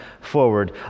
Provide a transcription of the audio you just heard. forward